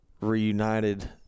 reunited